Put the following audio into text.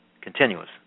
continuous